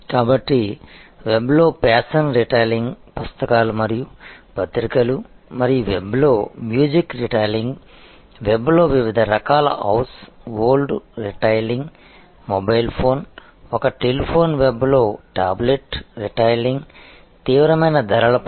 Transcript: కాబట్టి వెబ్లో fashion retailing పుస్తకాలు మరియు పత్రికలు మరియు వెబ్లో మ్యూజిక్ రిటైలింగ్ వెబ్లో వివిధ రకాల household retailing mobile phone ఒక టెలిఫోన్ వెబ్లో టాబ్లెట్ రిటైలింగ్ తీవ్రమైన ధరల పోటీ